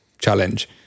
challenge